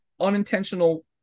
Unintentional